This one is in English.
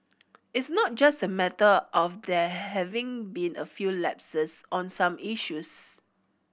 is not just a matter of there having been a few lapses on some issues